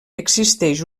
existeix